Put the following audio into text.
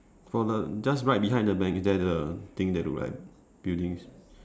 for the just right behind the bank is that the thing that look like buildings